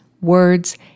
words